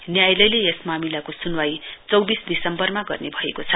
न्यायालयले यस मामिला सुनवाई चौविस दिसम्बरमा गर्ने भएको छ